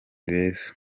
beza